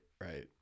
right